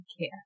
care